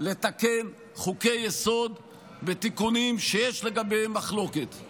לתקן חוקי-יסוד בתיקונים שיש מחלוקת לגביהם.